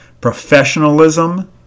professionalism